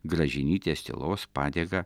gražinytės tylos padėką